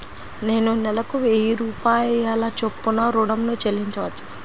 నేను నెలకు వెయ్యి రూపాయల చొప్పున ఋణం ను చెల్లించవచ్చా?